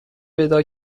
پیدا